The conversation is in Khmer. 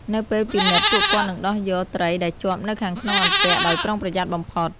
នៅពេលពិនិត្យ ពួកគាត់នឹងដោះយកត្រីដែលជាប់នៅខាងក្នុងអន្ទាក់ដោយប្រុងប្រយ័ត្នបំផុត។